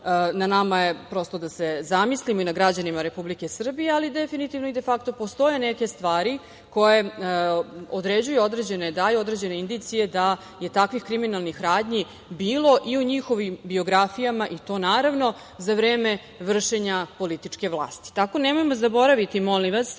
na nama je prosto da se zamislimo, i na građanima Republike Srbije, ali definitivno i de fakto, postoje neke stvari koje daju određene indicije da je takvih kriminalnih radnji bilo i u njihovim biografijama i to, naravno, za vreme vršenja političe vlasti. Tako, nemojmo zaboraviti, molim vas,